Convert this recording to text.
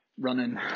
running